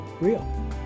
real